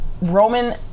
Roman